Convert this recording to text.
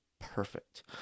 perfect